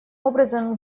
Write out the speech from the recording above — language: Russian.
образом